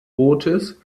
bootes